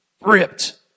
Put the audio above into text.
ripped